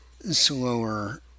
slower